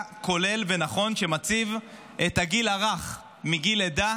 כולל ונכון שמציב את הגיל הרך מגיל לידה